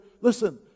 listen